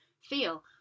feel